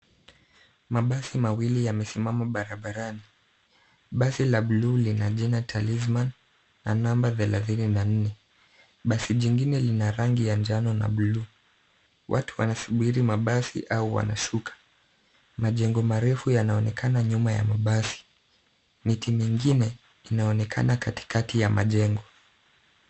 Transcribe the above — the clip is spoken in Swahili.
Mabasi mawili yamesimama barabarani. Basi la bluu lina jina Talisman na namba thelathini na nne. Basi jingine lina rangi ya njano na bluu. Watu wanasubiri mabasi au wanashuka. Majengo marefu yanaonekana nyuma ya mabasi. Miti mingine inaonekana katikati ya majengo.